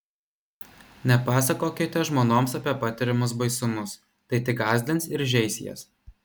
nepasakokite žmonoms apie patiriamus baisumus tai tik gąsdins ir žeis jas